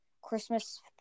Christmas